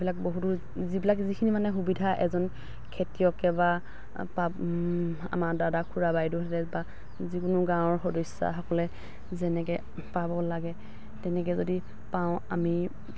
সেইবিলাক বহুতো যিবিলাক যিখিনি মানে সুবিধা এজন খেতিয়কে বা বা আমাৰ দাদা খুৰা বাইদেউহঁতে বা যিকোনো গাঁৱৰ সদস্যাসকলে যেনেকে পাব লাগে তেনেকে যদি পাওঁ আমি